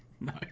No